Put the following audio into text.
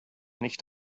nicht